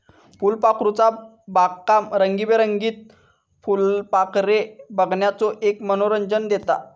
फुलपाखरूचा बागकाम रंगीबेरंगीत फुलपाखरे बघण्याचो एक मनोरंजन देता